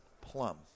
plum